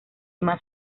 más